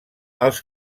els